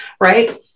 right